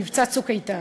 למבצע "צוק איתן",